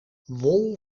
wol